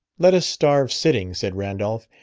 let us starve sitting, said randolph,